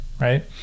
right